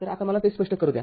आता मला ते स्पष्ट करू द्या